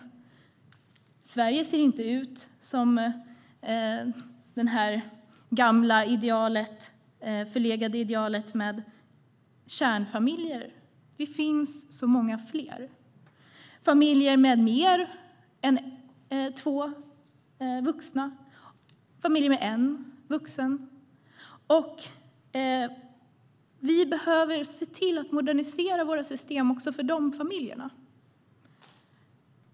Sverige ser inte ut som det gamla förlegade idealet med kärnfamiljer. Det finns så många fler - familjer med fler än två vuxna och familjer med en vuxen. Vi behöver se till att modernisera våra system även för de familjerna.